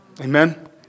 Amen